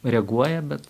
reaguoja bet